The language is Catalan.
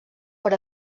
per